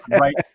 right